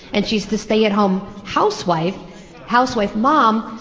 and she's the stay-at-home housewife housewife mom,